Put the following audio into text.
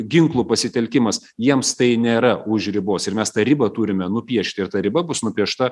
ginklų pasitelkimas jiems tai nėra už ribos ir mes tą ribą turime nupiešti ir ta riba bus nubrėžta